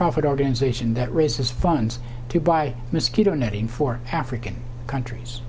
profit organization that raises funds to buy mosquito netting for african countries